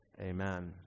Amen